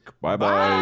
Bye-bye